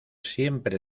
siempre